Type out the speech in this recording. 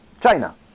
China